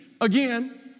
again